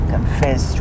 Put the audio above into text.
confess